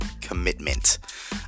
commitment